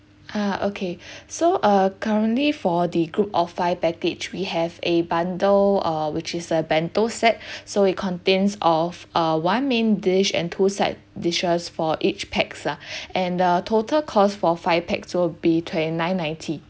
ah okay so uh currently for the group of five package we have a bundle uh which is a bento set so it contains of uh one main dish and two side dishes for each pax lah and the total cost for five pax will be twenty nine ninety